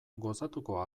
gozatuko